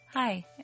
Hi